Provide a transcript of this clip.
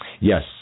Yes